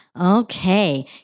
Okay